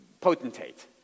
potentate